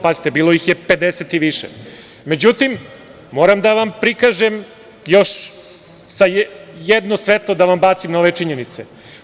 Pazite, bilo ih je 50 i više, međutim, moram da vam prikažem i još jedno svetlo da vam bacim na ove činjenice.